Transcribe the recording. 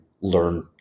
learn